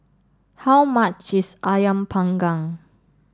how much is Ayam panggang